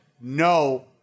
no